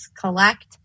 Collect